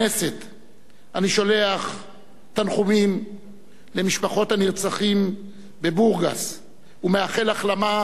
אני שולח תנחומים למשפחות הנרצחים בבורגס ומאחל החלמה מהירה לפצועים.